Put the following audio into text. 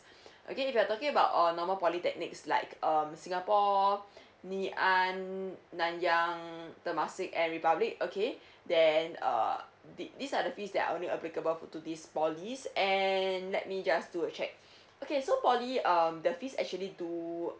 okay if you're talking about on normal polytechnics like um singapore ngee ann nanyang temasek and republic okay then err did these are the fees that are only applicable to these polys and let me just do a check okay so poly um the fees actually do